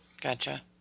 Gotcha